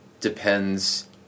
depends